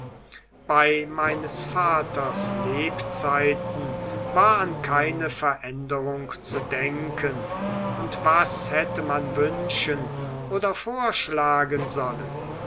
bei meines vaters lebzeiten war an keine veränderung zu denken und was hätte man wünschen oder vorschlagen sollen